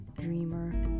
Dreamer